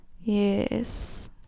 Yes